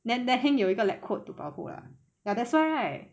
then then heng 有一个 lab coat to 保护 lah ya that's why